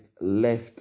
left